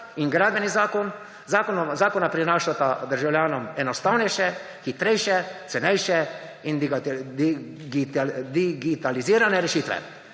in Gradbeni zakon. Zakona prinašata državljanom enostavnejše, hitrejše, cenejše in digitalizirane rešitve.